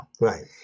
right